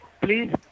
please